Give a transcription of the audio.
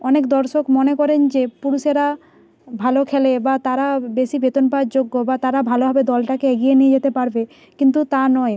অনেক দর্শক মনে করেন যে পুরুষেরা ভালো খেলে বা তারা বেশি বেতন পাওয়ার যোগ্য বা তারা ভালোভাবে দলটাকে এগিয়ে নিয়ে যেতে পারবে কিন্তু তা নয়